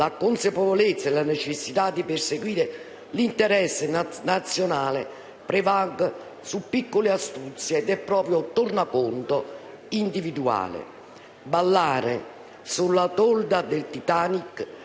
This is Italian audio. la consapevolezza della necessità di perseguire l'interesse nazionale prevalga sulle piccole astuzie del proprio tornaconto individuale. Ballare sulla tolda del Titanic è l'esercizio